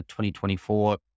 2024